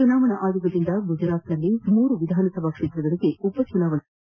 ಚುನಾವಣಾ ಆಯೋಗದಿಂದ ಗುಜರಾತ್ನಲ್ಲಿ ಮೂರು ವಿಧಾನಸಭಾ ಕ್ಷೇತ್ರಗಳಿಗೆ ಉಪಚುನಾವಣೆ ಘೋಷಣೆ